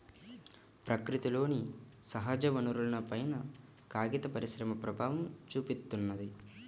ప్రకృతిలోని సహజవనరులపైన కాగిత పరిశ్రమ ప్రభావం చూపిత్తున్నది